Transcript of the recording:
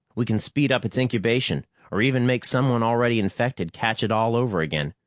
we can speed up its incubation or even make someone already infected catch it all over again.